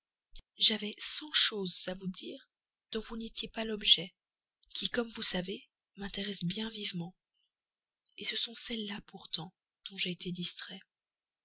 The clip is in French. j'avais cent choses à vous dire dont vous n'étiez pas l'objet qui comme vous savez m'intéressent bien vivement ce sont celles-là pourtant dont j'ai été distrait